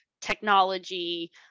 technology